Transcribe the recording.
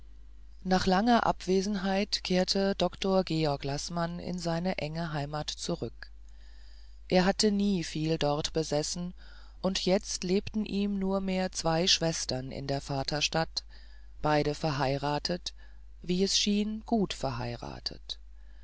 nach langer abwesenheit kehrte doktor georg laßmann in seine enge heimat zurück er hatte nie viel dort besessen und jetzt lebten ihm nurmehr zwei schwestern in der vaterstadt beide verheiratet wie es schien gut verheiratet